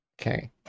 Okay